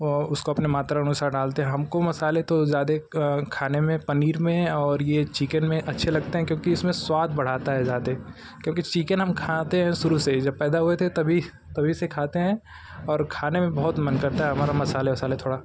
वा उसको अपनी मात्रा अनुसार डालते हैं हमको मसाले तो ज़ादे खाने में पनीर में और ये चिकेन में अच्छे लगते हैं क्योंकि इसमें स्वाद बढ़ाता है ज़ादे क्योंकि चिकेन हम खाते हैं शुरू से ही जब पैदा हुए थे तभी तभी से खाते हैं और खाने में बहुत मन करता है हमारा मसाले ओसाले थोड़ा